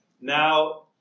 now